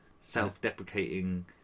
self-deprecating